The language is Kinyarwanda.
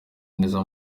neza